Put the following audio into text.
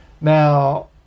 Now